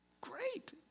Great